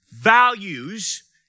values